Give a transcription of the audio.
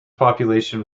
population